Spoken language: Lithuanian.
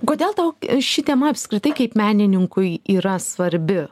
kodėl tau ši tema apskritai kaip menininkui yra svarbi